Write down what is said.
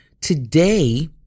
today